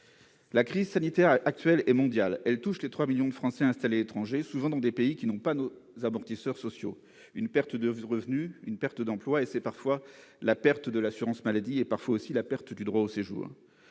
La crise sanitaire actuelle est mondiale. Elle touche les 3 millions de Français installés à l'étranger, souvent dans des pays qui ne connaissent pas nos amortisseurs sociaux. Une perte de revenus, une perte d'emploi, et c'est parfois la perte de l'assurance maladie, voire du droit au séjour.